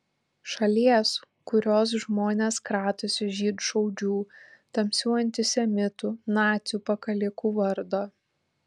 šalies kurios žmonės kratosi žydšaudžių tamsių antisemitų nacių pakalikų vardo